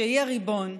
שהיא הריבון,